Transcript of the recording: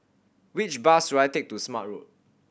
which bus should I take to Smart Road